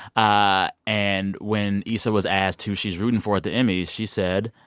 ah and when issa was asked who she's rooting for at the emmys, she said,